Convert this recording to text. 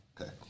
Okay